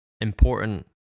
important